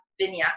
vinyasa